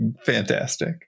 fantastic